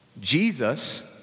Jesus